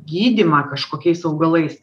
gydymą kažkokiais augalais